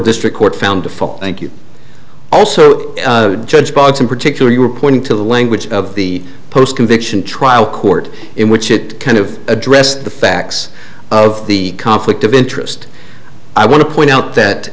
district court found a fault thank you also judge bugs in particular you were pointing to the language of the post conviction trial court in which it kind of addressed the facts of the conflict of interest i want to point out that